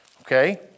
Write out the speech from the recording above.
Okay